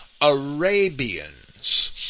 Arabians